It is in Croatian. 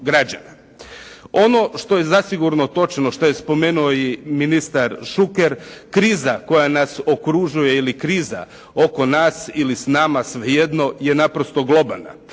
Ono što je zasigurno točno, što je spomenuo i ministar Šuker, kriza koja nas okružuje ili kriza oko nas ili s nama je naprosto globalna.